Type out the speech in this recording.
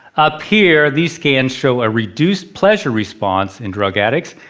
up-here these scans show a reduced pleasure response in drug addicts.